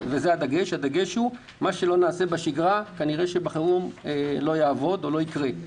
הדגש הוא שמה שלא נעשה בשגרה כנראה בחירום לא יעבוד או לא יקרה.